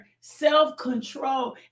self-control